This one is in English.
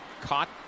caught